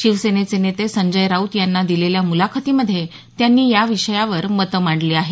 शिवसेनेचे नेते संजय राऊत यांना दिलेल्या मुलाखतीमधे त्यांनी या विषयावर मतं मांडली आहेत